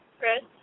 Chris